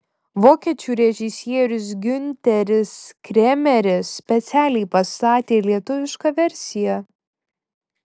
vokiečių režisierius giunteris kremeris specialiai pastatė lietuvišką versiją